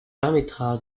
permettra